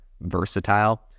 versatile